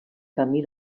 camí